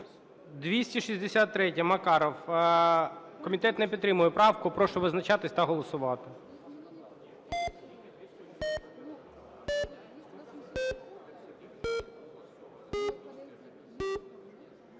263-я, Макаров. Комітет не підтримує правку. Прошу визначатися та голосувати.